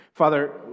Father